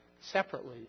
separately